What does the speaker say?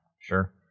sure